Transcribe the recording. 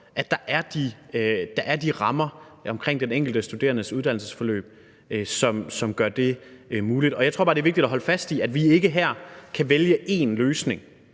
at der er de rammer omkring den enkelte studerendes uddannelsesforløb, som gør det muligt. Jeg tror bare, det er vigtigt at holde fast i, at vi ikke her kan vælge én løsning,